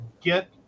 get